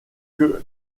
que